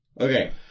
Okay